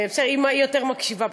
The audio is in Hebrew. בסדר, היא יותר מקשיבה פשוט,